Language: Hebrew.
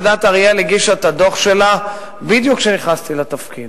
ועדת-אריאל הגישה את הדוח שלה בדיוק כשנכנסתי לתפקיד.